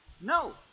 no